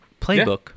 playbook